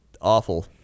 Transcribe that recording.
awful